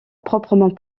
proprement